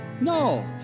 No